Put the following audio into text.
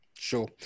Sure